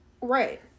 right